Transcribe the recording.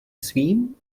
svým